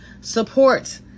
support